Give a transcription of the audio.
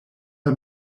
her